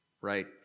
right